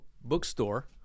bookstore